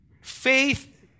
faith